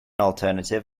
alternative